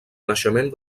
naixement